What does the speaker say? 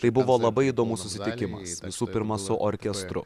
tai buvo labai įdomus susitikimas visų pirma su orkestru